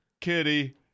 Kitty